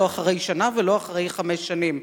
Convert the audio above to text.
לא אחרי שנה ולא אחרי חמש שנים.